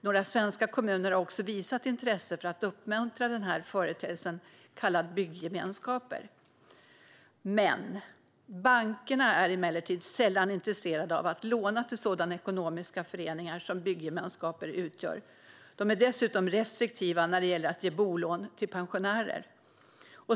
Några svenska kommuner har också visat intresse för att uppmuntra denna nya företeelse, så kallade byggemenskaper. Bankerna är emellertid sällan intresserade av att låna till sådana ekonomiska föreningar som byggemenskaper utgör. De är dessutom restriktiva när det gäller att ge bolån till pensionärer.